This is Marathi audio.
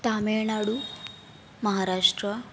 तामिळनाडू महाराष्ट्र